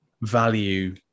value